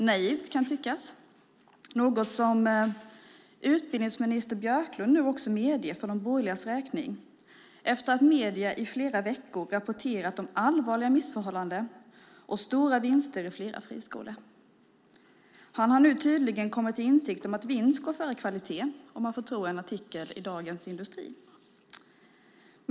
Det kan tyckas vara naivt, och det är något som utbildningsminister Björklund också medger för de borgerligas räkning efter att medierna i flera veckor har rapporterat om allvarliga missförhållanden och stora vinster i flera friskolor. Han har tydligen kommit till insikt om att vinst går före kvalitet, om jag får tro en artikel i Dagens Industri.